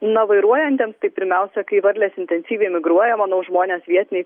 na vairuojantiems tai pirmiausia kai varlės intensyviai migruoja manau žmonės vietiniai